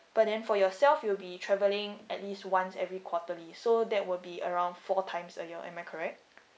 but then for yourself you will be travelling at least once every quarterly so that will be around four times a year am I correct